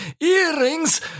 earrings